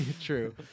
true